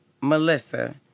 Melissa